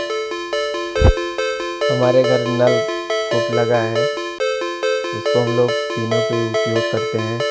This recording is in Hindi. हमारे घर नलकूप लगा है उसको हम लोग पीने के उपयोग करते हैं